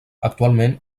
actualment